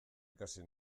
ikasi